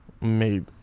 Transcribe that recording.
made